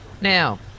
Now